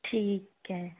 ਠੀਕ ਹੈ